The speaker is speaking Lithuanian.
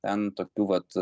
ten tokių vat